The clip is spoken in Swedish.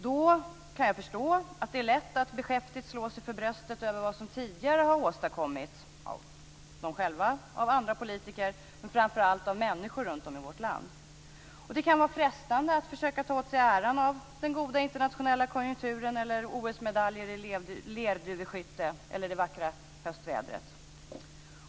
Därför kan jag förstå att det är lätt att beskäftigt slå sig för bröstet över vad som tidigare har åstadkommits av regeringen själv, av andra politiker, men framför allt av människor runtom i vårt land. Det kan vara frestande att försöka ta åt sig äran av den goda internationella konjunkturen, OS-medaljer i lerduveskytte eller det vackra höstvädret.